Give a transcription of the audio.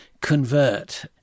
convert